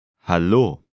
Hallo